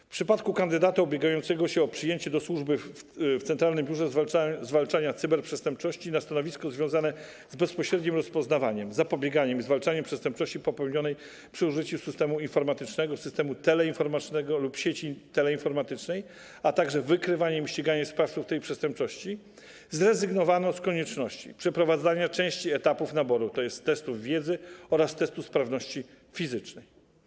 W przypadku kandydata ubiegającego się o przyjęcie do służby w Centralnym Biurze Zwalczania Cyberprzestępczości na stanowisko związane z bezpośrednim rozpoznawaniem, zapobieganiem i zwalczaniem przestępczości popełnionej przy użyciu systemu informatycznego, systemu teleinformatycznego lub sieci teleinformatycznej, a także wykrywaniem i ściganiem sprawców tej przestępczości, zrezygnowano z konieczności przeprowadzania części etapów naboru, tj. testów wiedzy oraz testu sprawności fizycznej.